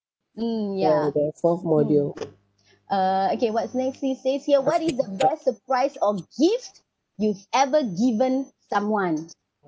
mm ya mmhmm uh okay what's next it says here what is the best surprise or gift you've ever given someone